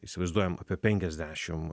įsivaizduojam apie penkiasdešim